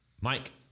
Mike